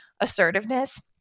assertiveness